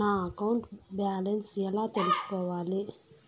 నా account balance ఎలా తెల్సుకోవాలి